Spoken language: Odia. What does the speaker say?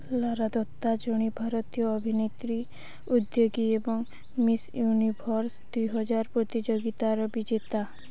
ଲାରା ଦତ୍ତା ଜଣେ ଭାରତୀୟ ଅଭିନେତ୍ରୀ ଉଦ୍ୟୋଗୀ ଏବଂ ମିସ୍ ୟୁନିଭର୍ସ ଦୁଇ ହଜାର ପ୍ରତିଯୋଗିତାର ବିଜେତା